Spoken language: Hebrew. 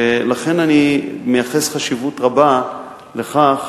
ולכן אני מייחס חשיבות רבה לכך